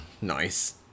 nice